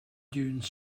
dune